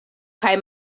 kaj